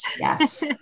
Yes